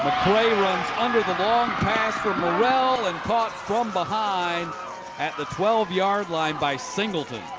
under the long pass from morrell and caught from behind at the twelve yard line by singleton.